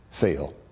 fail